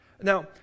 Now